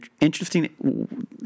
interesting